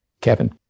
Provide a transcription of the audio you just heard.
Kevin